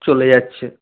চলে যাচ্ছে